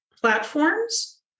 platforms